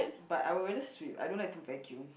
but I would rather sweep I don't like to vacuum